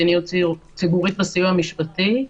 מדיניות ציבורית בסיוע המשפטי.